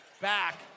back